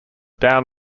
down